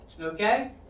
Okay